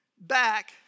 back